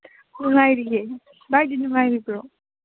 ꯅꯨꯡꯉꯥꯏꯔꯤꯌꯦ ꯚꯥꯏꯗꯤ ꯅꯨꯡꯉꯥꯏꯔꯤꯕ꯭ꯔꯣ